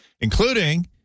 including